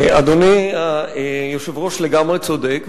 אדוני היושב-ראש לגמרי צודק,